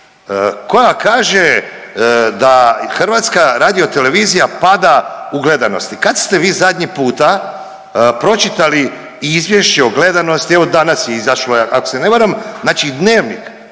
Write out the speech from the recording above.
koja kaže da HRT pada u gledanosti. Kad ste vi zadnji puta pročitali izvješće o gledanosti evo danas je izašlo ako se ne varam. Znači Dnevnik